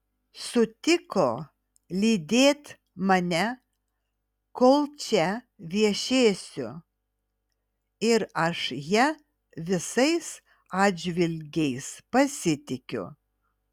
sutiko lydėt mane kol čia viešėsiu ir aš ja visais atžvilgiais pasitikiu